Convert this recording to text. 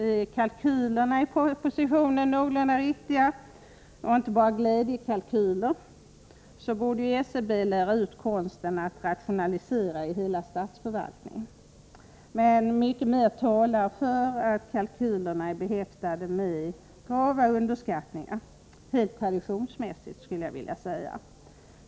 Är kalkylerna i propositionen någorlunda riktiga och inte bara glädjekalkyler, borde SCB lära ut konsten att rationalisera till hela statsförvaltningen. Men 147 mycket mer talar för att kalkylerna är behäftade med grava underskattningar — helt traditionsmässigt, skulle jag vilja säga.